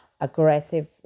aggressive